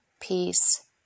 peace